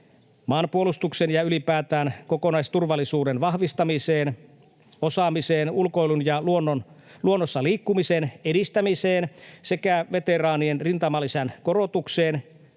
maanpuolustuksen ja ylipäätään kokonaisturvallisuuden vahvistamiseen, osaamiseen, ulkoilun ja luonnossa liikkumisen edistämiseen sekä veteraanien rintamalisän korotukseen